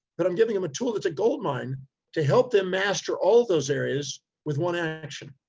but i'm giving them a tool that's a gold mine to help them master all of those areas with one action.